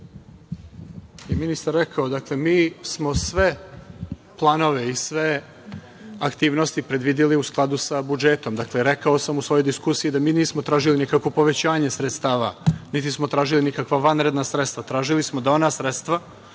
je ministar rekao, dakle mi smo sve planove i sve aktivnosti predvideli u skladu sa budžetom. Rekao sam u svojoj diskusiji da mi nismo tražili nikakvo povećanje sredstava, niti smo tražili nikakva vanredna sredstva, tražili smo da ona sredstva